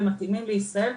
ומתאימים לישראל.